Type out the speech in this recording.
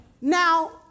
Now